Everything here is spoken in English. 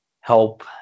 help